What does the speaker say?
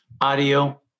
audio